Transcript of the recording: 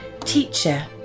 Teacher